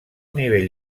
nivell